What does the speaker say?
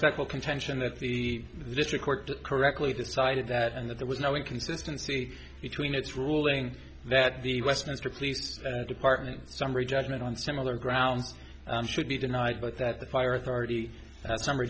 special contention that the district court correctly decided that and that there was no inconsistency between its ruling that the westminster police department summary judgment on similar grounds should be denied but that the fire authority that summ